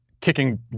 kicking